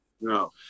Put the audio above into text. No